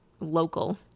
local